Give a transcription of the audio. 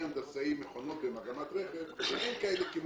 הנדסאי מכונות במגמת רכב אין כאלה.